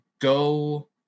go